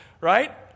right